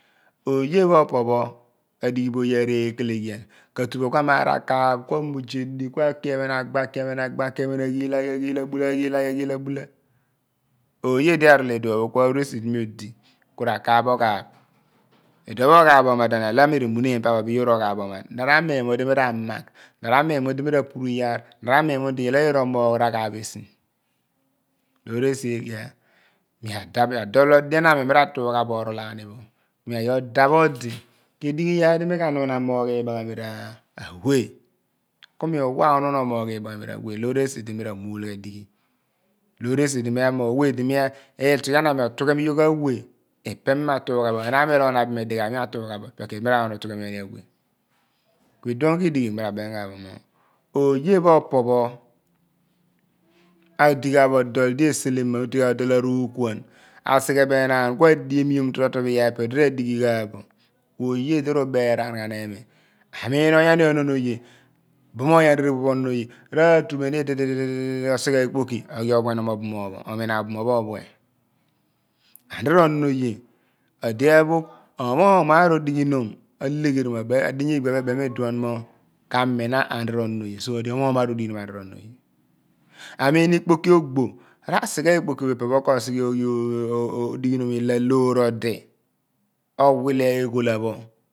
Oye pho opo pho adeghi bo one areekeleye hiak ka ta bo ku amar bo akaaph aki ephen ku amenen agba aki ephen aki ephen a ghill agula aphen aghul agho ephen oye lo arol idiphen pho ku aru esi di mi odi ku rukaaph oghaaph iduon moghaaph omadem ehmi re minun pa pho yoor oghaaph so ku oman na ramin di mi ka magh na ramirn mun di mi ku tu apunu ajaal na ra min mun di iyar ayoor ko muryh raghwaph esi lour esi eeghe mi adeph adol pho dien ami mi la mughe bo nol aam pho ni aghi okph odi ke diighi iyaar di ta nuun amrogh iiz aghami ra awe ka me uwa unun omo ogh ibag hann ra we hoor esi di ni ramuul ghen dighl loor esi di mi amrogh we di itwghian ami ofugha bo ipe ku idi mi ra wa ghen okunhem ani awe en akwn an uhugh, ku mi ra bem ghan bo mo one pho opo pho odi gban no do di eseuman orh ghan bo dor araukhan asughe bo enkan ku adiemom bo totrobo yaar pho epe odi redeyal ghan bo ka oye di mubaan ghen inm amin anyam onumoye ratumeem ididi dwi osegh ikpoki oghi opuuen'm obumoom phi omina obumoom pho ophue ahmi onon oye di ooh aphogh mo moogh maar odighinom aleghun mo adinye iybia ho ebem mo iduon mo kal mina anu ona oye so ali omorgh maa odighinom anu onon oye amiin ikpoki ogbo ra/sghe ikpoki pha ipe pho ko oghi odighinom ilo alou odi owile eeghola pho